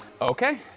Okay